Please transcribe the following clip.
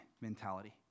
mentality